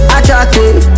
Attractive